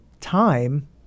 time